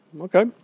Okay